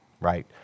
right